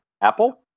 Apple